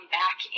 back